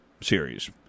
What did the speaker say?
series